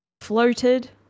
floated